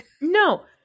No